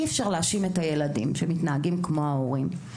אי-אפשר להאשים את הילדים שמתנהגים כמו ההורים.